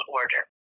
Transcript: order